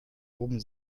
oben